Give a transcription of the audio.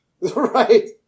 Right